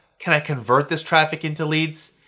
can i convert this traffic into leads?